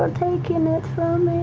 um taking um it